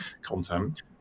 content